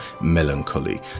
melancholy